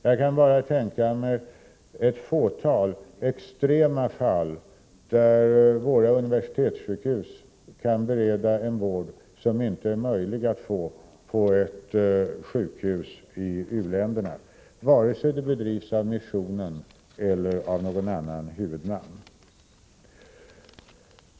Jag kan bara tänka mig ett fåtal extrema fall där våra universitetssjukhus kan bereda en vård som inte är möjlig att få på ett sjukhus i u-länderna, vare sig det sjukhuset drivs av missionen eller av någon annan huvudman.